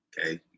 Okay